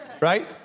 right